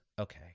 okay